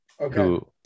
okay